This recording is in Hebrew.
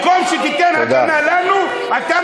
במקום שתיתן הגנה לנו, תודה.